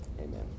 amen